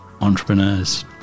entrepreneurs